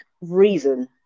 reason